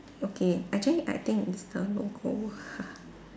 okay actually I think it's the local